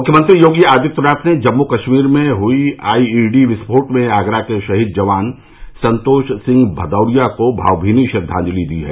मुख्यमंत्री योगी आदित्यनाथ ने जम्मू कश्मीर में हुए आई ई डी विस्फोट में आगरा के शहीद जवान संतोष सिंह भदौरिया को भाक्मीनी श्रद्वाजलि दी है